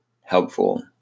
helpful